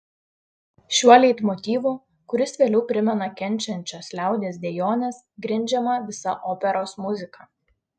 šiuo leitmotyvu kuris vėliau primena kenčiančios liaudies dejones grindžiama visa operos muzika